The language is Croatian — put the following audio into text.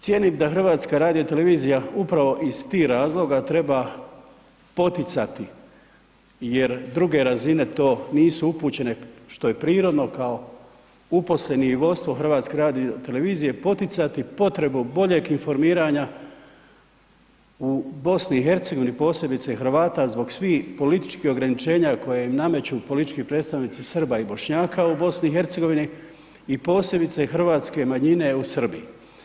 Cijenim da HRT upravo iz tih razloga treba poticati jer druge razine to nisu upućene što je prirodno kao uposleni i vodstvo HRT-a poticati potrebu boljeg informiranja u BiH posebice Hrvata zbog svih političkih ograničenja koje im nameću politički predstavnici Srba i Bošnjaka u BiH i posebice hrvatske manjine u Srbiji.